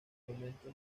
momento